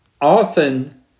Often